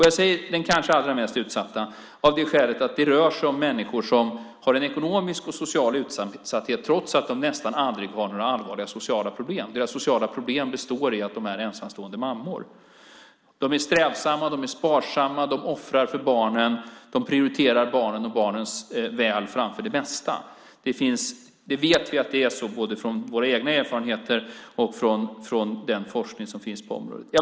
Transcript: Jag säger den kanske allra mest utsatta av det skälet att det rör sig om människor som har en ekonomisk och social utsatthet trots att de nästan aldrig har några allvarliga sociala problem. Deras sociala problem består i att de är ensamstående mammor. De är strävsamma, sparsamma och offrar för barnen. De prioriterar barnen och deras väl framför det mesta. Vi vet att det är så både från våra egna erfarenheter och från den forskning som finns på området.